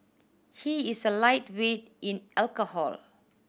he is a lightweight in alcohol